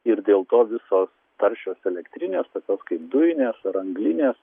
ir dėl to visos taršios elektrinės tokios kaip dujinės ar anglinės